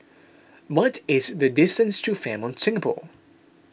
what is the distance to Fairmont Singapore